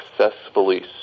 successfully